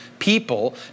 people